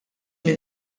min